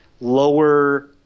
lower